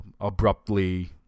abruptly